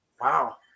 wow